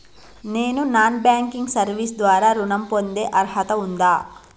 నేను non banking service ద్వారా ఋణం పొందే అర్హత ఉందా?